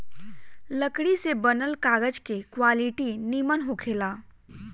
लकड़ी से बनल कागज के क्वालिटी निमन होखेला